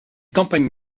campagnes